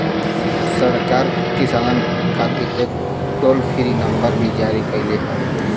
सरकार किसानन खातिर एक टोल फ्री नंबर भी जारी कईले हउवे